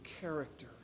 character